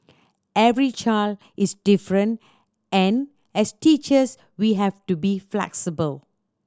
every child is different and as teachers we have to be flexible